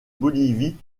bolivie